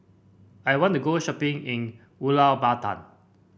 I want to go shopping in Ulaanbaatar